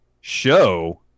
show